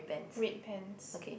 red pants